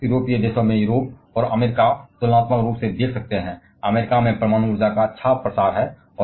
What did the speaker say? आप यूरोप और अमेरिका में यूरोपीय देशों में देख सकते हैं और अमेरिका में परमाणु ऊर्जा का अच्छा प्रसार है